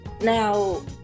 Now